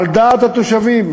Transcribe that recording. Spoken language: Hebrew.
על דעת התושבים.